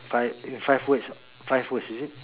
five in five words five words is it